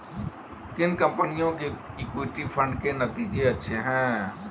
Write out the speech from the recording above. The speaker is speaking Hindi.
किन कंपनियों के इक्विटी फंड के नतीजे अच्छे हैं?